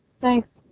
Thanks